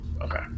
Okay